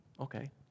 okay